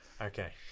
okay